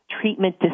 treatment